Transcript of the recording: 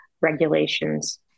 regulations